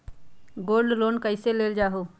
Gold loan कईसे लेल जाहु?